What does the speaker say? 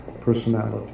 personality